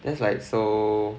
that's like so